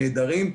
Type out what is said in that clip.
נהדרים.